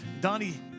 Donnie